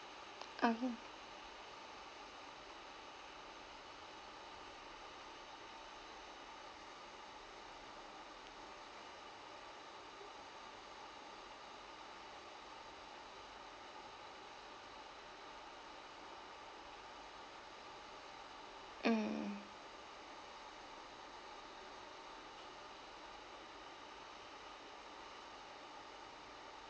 (uh huh) mm